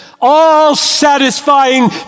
all-satisfying